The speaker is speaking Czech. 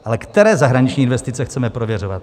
Ale které zahraniční investice chceme prověřovat?